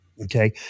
Okay